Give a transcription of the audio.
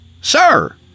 Sir